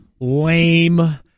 lame